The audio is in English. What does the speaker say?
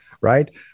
right